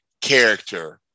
character